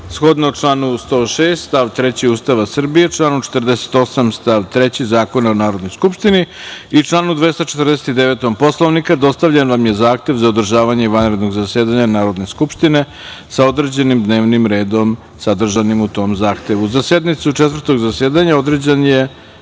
shodno članu 106. stav 3. Ustava Srbije, članu 48. stav 3. Zakona o Narodnoj skupštini i članu 249. Poslovnika, dostavljen vam je Zahtev za održavanje vanrednog zasedanja Narodne skupštine sa određenim dnevnim redom sadržanim u tom zahtevu.Za sednicu Četvrtog vanrednog zasedanja